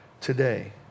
today